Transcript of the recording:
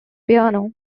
piano